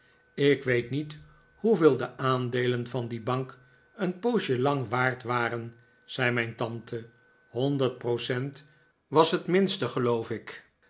ik weet niet hoeveel de aandeelen van die bank een poosje lang waard waren zei mijn tante honderd percent was het minste geloof ik